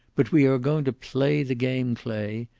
but we are going to play the game, clay.